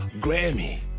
grammy